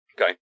Okay